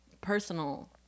personal